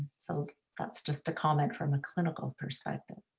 so that's just a comment from a clinical perspective.